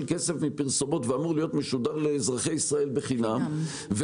כסף מפרסומות ואמור להיות משודר לאזרחי ישראל חינם,